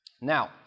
Now